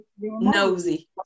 nosy